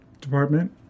department